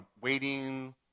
waiting